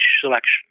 selection